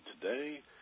today